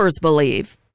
believe